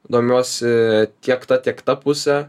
domiuosi kiek ta tiek ta puse